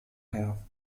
her